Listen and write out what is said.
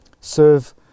serve